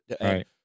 right